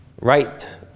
right